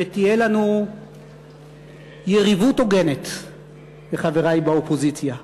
שתהיה לנו יריבות הוגנת לחברי באופוזיציה,